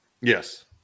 Yes